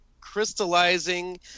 crystallizing